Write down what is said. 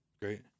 Great